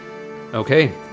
Okay